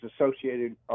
associated